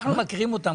אנחנו מכירים אותם,